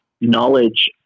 knowledge